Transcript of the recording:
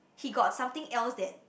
he got something else that